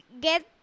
get